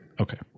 Okay